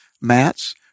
mats